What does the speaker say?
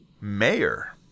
mayor